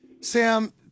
Sam